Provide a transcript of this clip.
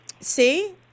See